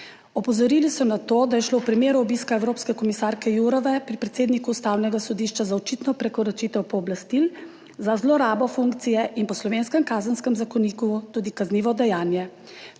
Opozorili so na to, da je šlo v primeru obiska evropske komisarke Jourove pri predsedniku Ustavnega sodišča za očitno prekoračitev pooblastil, za zlorabo funkcije in po slovenskem Kazenskem zakoniku tudi kaznivo dejanje.